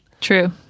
True